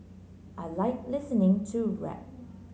I like listening to rap